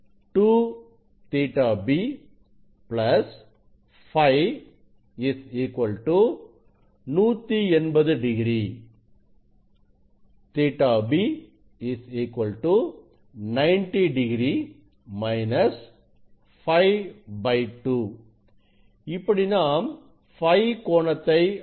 2ƟB Φ 180 º ƟB 90 º - Φ2 இப்படி நாம் Φ கோணத்தை அளவிடுகிறோம்